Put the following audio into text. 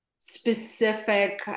specific